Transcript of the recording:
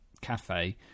Cafe